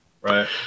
right